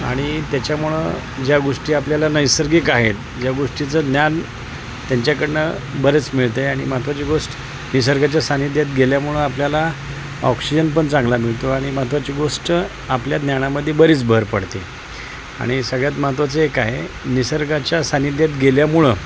आणि त्याच्यामुळं ज्या गोष्टी आपल्याला नैसर्गिक आहेत ज्या गोष्टींचं ज्ञान त्यांच्याकडनं बरेच मिळत आहे आणि महत्त्वाची गोष्ट निसर्गाच्या सान्निध्यात गेल्यामुळं आपल्याला ऑक्सिजन पणन चांगला मिळतो आणि महत्वाची गोष्ट आपल्या ज्ञानामध्ये बरीच भर पडते आणि सगळ्यात महत्त्वाचं एक आहे निसर्गाच्या सान्निध्यात गेल्यामुळं